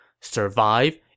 survive